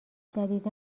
جدیدا